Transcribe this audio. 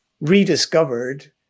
rediscovered